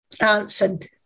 answered